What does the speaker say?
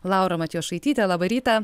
laura matjošaityte laba rytą